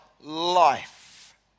life